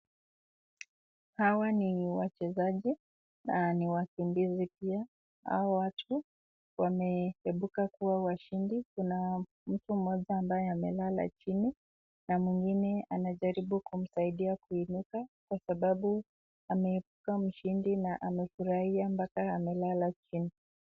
Hawa ni wachezaji na ni wakimbizi pia. Hawa watu wameibuka kuwa washindi. Kuna mtu mmoja ambaye amelala chini na mwingine anajaribu kumsaidia kuinuka kwa sababu ameibuka mshindi na amefurahia mpaka amelala chini.